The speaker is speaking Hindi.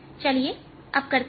चलिए अब करते हैं